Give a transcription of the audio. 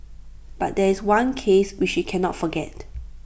but there is one case which she cannot forget